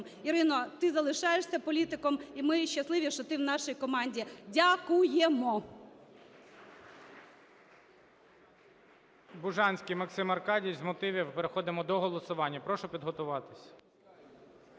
Ірино, ти залишаєшся політиком, і ми щасливі, що ти в нашій команді. Дякуємо! ГОЛОВУЮЧИЙ. Бужанський Максим Аркадійович – з мотивів. Переходимо до голосування. Прошу підготуватися.